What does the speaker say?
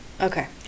Okay